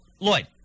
Lloyd